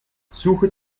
suche